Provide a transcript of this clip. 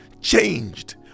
changed